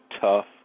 tough